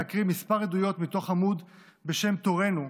להקריא כמה עדויות מתוך עמוד בשם "תורנו",